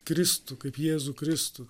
kristų kaip jėzų kristų